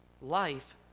Life